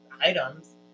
items